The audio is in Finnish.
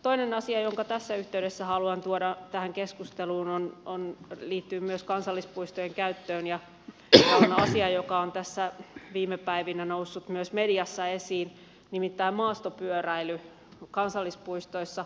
toinen asia jonka tässä yhteydessä haluan tuoda tähän keskusteluun liittyy myös kansallispuistojen käyttöön ja on asia joka on tässä viime päivinä noussut myös mediassa esiin nimittäin maastopyöräily kansallispuistoissa